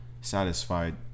satisfied